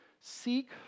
seek